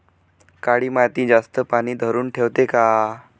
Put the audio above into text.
काळी माती जास्त पानी धरुन ठेवते का?